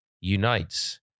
unites